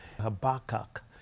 Habakkuk